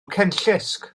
cenllysg